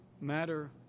matter